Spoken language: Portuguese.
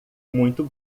muito